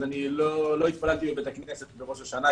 אז אני לא התפללתי בבית הכנסת בראש השנה,